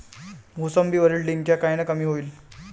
मोसंबीवरील डिक्या कायनं कमी होईल?